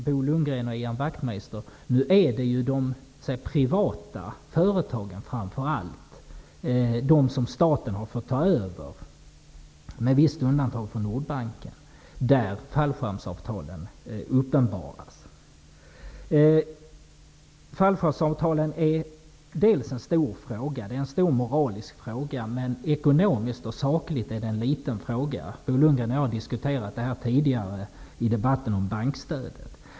Bo Lundgren och Ian Wachtmeister, nu är det framför allt i de privata företag som staten har fått ta över, delvis med undantag av Nordbanken, som fallskärmsavtalen uppenbaras! Fallskärmsavtalen är en stor moralisk fråga, men ekonomiskt och sakligt är de en liten fråga. Bo Lundgren och jag har diskuterat detta i den tidigare debatten om bankstödet.